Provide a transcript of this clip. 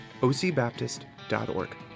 ocbaptist.org